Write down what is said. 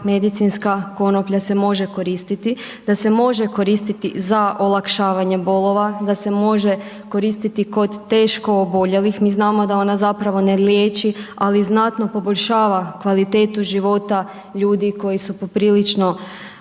medicinska konoplja se može koristiti. Da se može koristiti za olakšavanje bolova, da se može koristiti kod teško oboljelih, mi znamo da ona zapravo ne liječi, ali znatno poboljšava kvalitetu života ljudi koji su poprilično